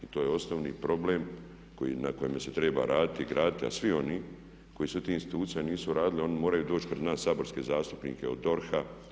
I to je osnovni problem na kojem se treba raditi i graditi, a svi oni koji su u tim institucijama nisu radili oni moraju doći pred nas saborske zastupnike od DORH-a.